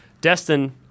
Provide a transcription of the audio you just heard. Destin